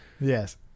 yes